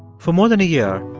for more than a year,